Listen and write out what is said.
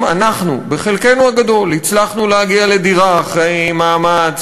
אם אנחנו בחלקנו הגדול הצלחנו להגיע לדירה אחרי מאמץ,